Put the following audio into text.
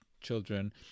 children